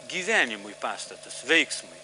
gyvenimui pastatus veiksmui